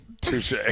Touche